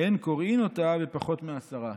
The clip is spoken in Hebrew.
אין קוראין אותה בפחות מעשרה",